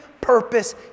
purpose